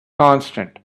constant